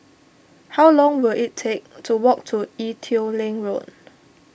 how long will it take to walk to Ee Teow Leng Road